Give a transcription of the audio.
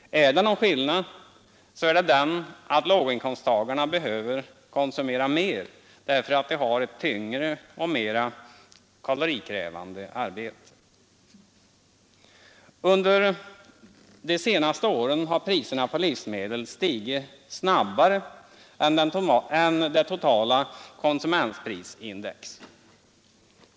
Är det någon skillnad så är det den att låginkomsttagaren behöver konsumera mer därför att han har ett tyngre och mera kalorikrävande arbete. Under de senaste åren har priserna på livsmedel stigit snabbare än det totala konsumentprisindex.